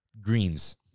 greens